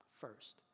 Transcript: first